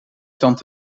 tand